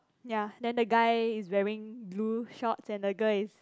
ya then the guy is wearing blue shorts and the girl is